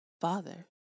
father